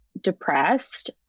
depressed